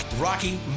rocky